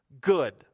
good